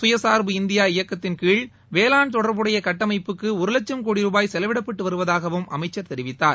சுபசுர்பு India இயக்கத்தின்கீழ் வேளாண் தொடர்புடைய கட்டமைப்புக்கு ஒரு லட்சும் கோடி ரூபாய் செலவிடப்பட்டு வருவதாகவும் அவர் தெரிவித்தார்